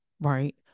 right